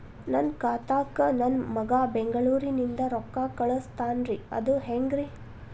ನನ್ನ ಖಾತಾಕ್ಕ ನನ್ನ ಮಗಾ ಬೆಂಗಳೂರನಿಂದ ರೊಕ್ಕ ಕಳಸ್ತಾನ್ರಿ ಅದ ಹೆಂಗ್ರಿ?